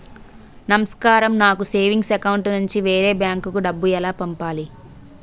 నమస్కారం నాకు savings account నుంచి వేరే బ్యాంక్ కి డబ్బు ఎలా పంపాలి?